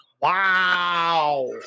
Wow